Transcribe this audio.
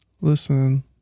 Listen